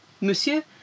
Monsieur